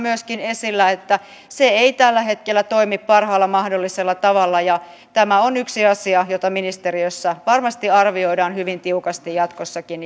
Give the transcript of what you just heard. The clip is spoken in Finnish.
oli myöskin esillä että se ei tällä hetkellä toimi parhaalla mahdollisella tavalla ja tämä on yksi asia jota ministeriössä varmasti arvioidaan hyvin tiukasti jatkossakin